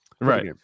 Right